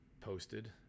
posted